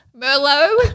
Merlot